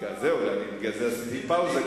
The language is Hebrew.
בגלל זה עשיתי פאוזה,